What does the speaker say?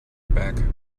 back